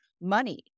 money